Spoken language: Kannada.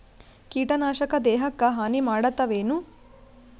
ಕೀಟನಾಶಕ ದೇಹಕ್ಕ ಹಾನಿ ಮಾಡತವೇನು?